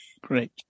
Great